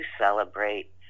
celebrate